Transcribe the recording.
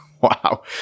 wow